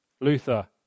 Luther